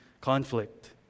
conflict